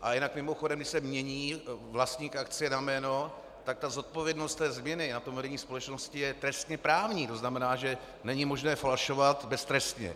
A jinak mimochodem, když se mění vlastník akcie na jméno, tak zodpovědnost té změny na vedení společnosti je trestněprávní, to znamená, že není možné falšovat beztrestně.